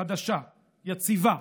חדשה, יציבה,